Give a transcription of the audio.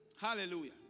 Hallelujah